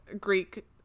greek